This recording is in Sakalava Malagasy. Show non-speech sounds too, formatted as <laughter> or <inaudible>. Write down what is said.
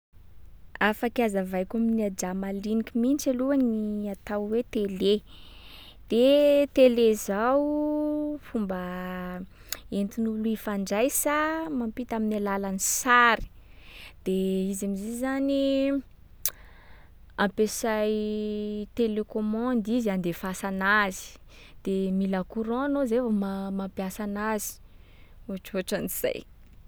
Afaky azavaiko amin’ny ajà maliniky mintsy aloha ny atao hoe télé. De télé zao fomba <noise> entin’olo ifandraisa, mampita amin’ny alalan’ny sary. De izy am’zay zany <noise> ampesay télécommande izy andefasa anazy. De mila courant aloha zay vao ma- mampiasa anazy. Ohatrohatran’zay.